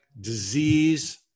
disease